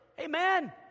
Amen